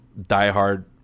diehard